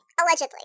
allegedly